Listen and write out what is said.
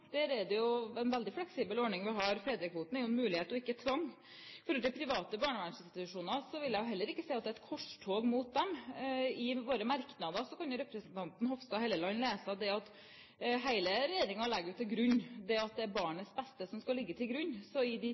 Der er det en veldig fleksibel ordning vi har. Fedrekvoten er jo en mulighet, og ikke tvang. Når det gjelder private barnevernsinstitusjoner, vil jeg heller ikke si at det er et korstog mot dem. I våre merknader kan representanten Hofstad Helleland lese at hele regjeringen legger til grunn at det er barnets beste som skal ligge til grunn. Så i